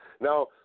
Now